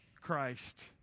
Christ